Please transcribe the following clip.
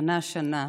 שנה שנה.